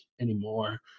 anymore